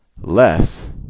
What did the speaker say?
less